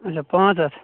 اچھا پانٛژھ ہَتھ